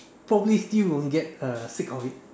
probably still won't get uh sick of it